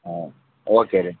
ಹಾಂ ಓಕೆ ರೀ